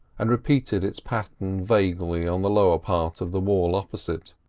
and repeated its pattern vaguely on the lower part of the wall opposite.